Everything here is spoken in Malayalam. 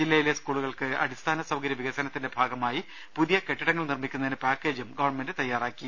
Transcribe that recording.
ജില്ലയിലെ സ്കൂളുകൾക്ക് അടി സ്ഥാന സൌകര്യ പ്രികസനത്തിന്റെ ഭാഗമായി പുതിയ കെട്ടിടങ്ങൾ നിർമ്മി ക്കുന്നതിന് പാക്കേജും ഗവൺമെന്റ് തയ്യാറാക്കി